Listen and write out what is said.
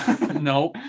No